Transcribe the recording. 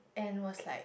and was like